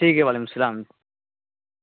ٹھیک ہے وعلیکم السلام